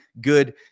good